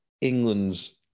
England's